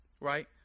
right